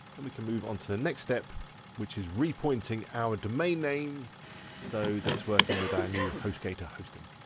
and we can move onto the next step which is repointing our domain name so that it's working with our new hostgator hosting.